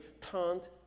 turned